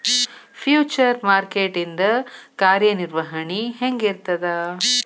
Future market ಇಂದ್ ಕಾರ್ಯನಿರ್ವಹಣಿ ಹೆಂಗಿರ್ತದ?